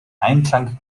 einklang